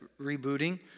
rebooting